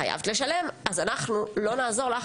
לא אמרתי לאנוס,